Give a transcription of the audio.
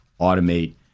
automate